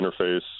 interface